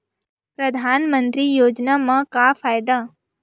परधानमंतरी योजना म का फायदा?